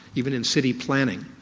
even in city planning,